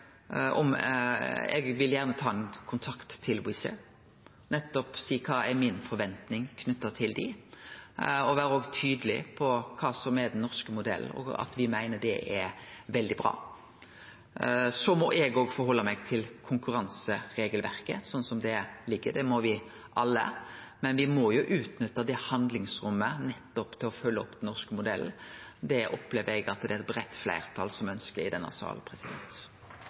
vil gjerne ta kontakt med Wizz Air og seie kva som er forventninga mi til dei – og òg vere tydeleg på kva som er den norske modellen, og at me meiner han er veldig bra. Eg må òg halde meg til konkurranseregelverket slik det ligg føre, det må me alle, men me må utnytte handlingsrommet til å følgje opp den norske modellen. Det opplever eg at det er eit breitt fleirtal i denne salen som